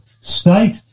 state